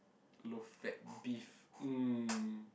low fat beef mm